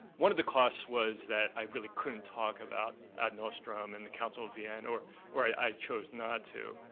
one of the costs was that i really couldn't talk about ad nostrum and the council of vienne, or or i chose not to.